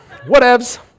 Whatevs